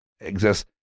exists